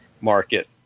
market